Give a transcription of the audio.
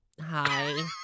Hi